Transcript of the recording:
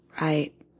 right